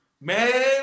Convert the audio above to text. Man